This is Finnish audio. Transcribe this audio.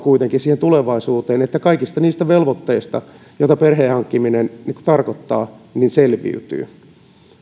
siihen tulevaisuuteen että kaikista niistä velvoitteista joita perheen hankkiminen tarkoittaa selviytyy